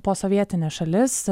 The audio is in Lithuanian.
posovietines šalis